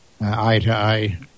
eye-to-eye